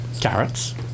carrots